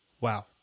Wow